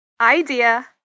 idea